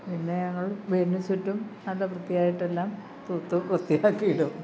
പിന്നെ ഞങൾ വീടിനു ചുറ്റും നല്ല വൃത്തിയായിട്ടെല്ലാം തൂത്ത് വൃത്തിയാക്കി ഇടും